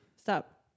Stop